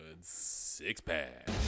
six-pack